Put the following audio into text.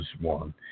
one